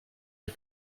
les